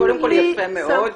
קודם כל זה יפה מאוד.